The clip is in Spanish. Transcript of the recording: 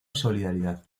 solidaridad